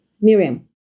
Miriam